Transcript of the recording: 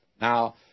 Now